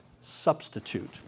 substitute